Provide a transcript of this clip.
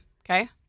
Okay